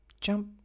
Jump